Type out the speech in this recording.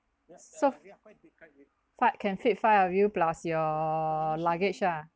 so fi~ can fit five of you plus your luggage ah